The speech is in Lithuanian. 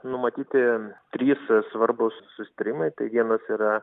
numatyti trys svarbūs susitarimai tai vienas yra